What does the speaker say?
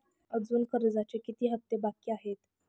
अजुन कर्जाचे किती हप्ते बाकी आहेत?